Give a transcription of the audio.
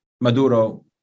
Maduro